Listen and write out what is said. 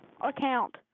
account